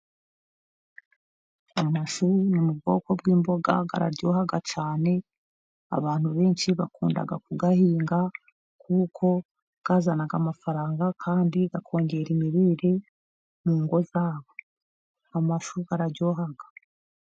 Amashu ni mu bwoko bw'imboga ,araryoha cyane, abantu benshi bakunda kuyahinga kuko azana amafaranga, kandi yongera imirire mu ngo zabo, amashu araryoha.